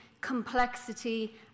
complexity